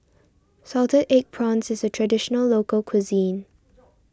Salted Egg Prawns is a Traditional Local Cuisine